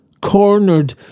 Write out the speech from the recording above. Cornered